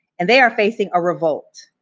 and they are facing a revolt.